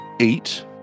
eight